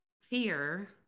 fear